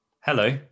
Hello